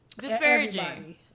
disparaging